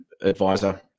advisor